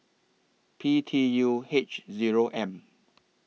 P T U H Zero M